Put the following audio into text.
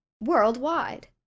worldwide